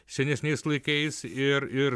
senesniais laikais ir ir